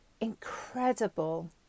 incredible